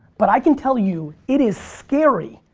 but i can tell you it is scary.